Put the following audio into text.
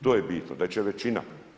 To je bitno, da će većina.